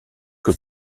que